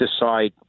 decide